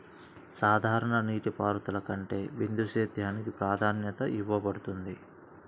సాధారణ నీటిపారుదల కంటే బిందు సేద్యానికి ప్రాధాన్యత ఇవ్వబడుతుంది